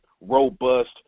robust